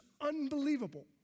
unbelievable